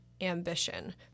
Ambition